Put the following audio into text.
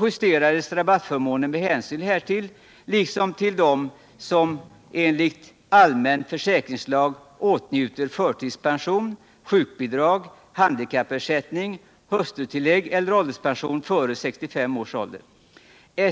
justerades rabattförmånen med hänsyn härtill liksom den utvidgades till dem som enligt allmän försäkringslag åtnjuter förtidspension, sjukbidrag, handikappersättning, hustrutillägg eller ålderspension före 65 års ålder.